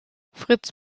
fritz